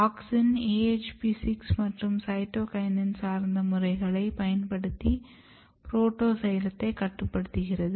auxin AHP6 மற்றும் cytokinin சார்ந்த முறைகளை பயன்படுத்தி புரோட்டோசைலம் கட்டுப்படுத்தப்படுகிறது